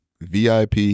VIP